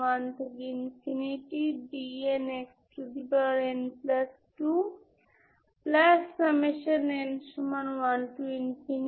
λ positive negative বা 0 এর সমান কিনা তা যাচাই করার কিছুই নেই আমরা ইতিমধ্যে যা যাচাই করেছি তা হল সমাধানগুলি কী